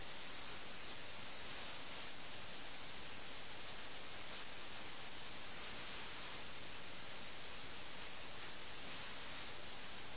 അതിനാൽ അവർ ഈ വെർച്വൽ ഗെയിമിനും ഈ ഗെയിം കാരണം കോട്ടം തട്ടിയതായി തോന്നുന്ന തങ്ങളുടെ അഭിമാനത്തിന് വേണ്ടി പോരാടുന്നു